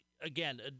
again